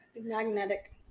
magnetic